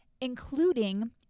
including